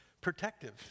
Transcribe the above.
protective